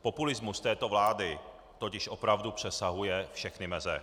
Populismus této vlády totiž opravdu přesahuje všechny meze.